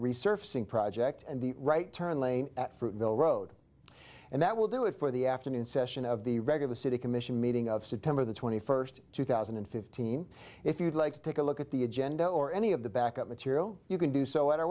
resurfacing project and the right turn lane road and that will do it for the afternoon session of the regular city commission meeting of september the twenty first two thousand and fifteen if you'd like to take a look at the agenda or any of the backup material you can do so at our